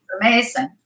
amazing